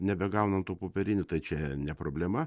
nebegaunam tų popierinių tai čia ne problema